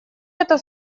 это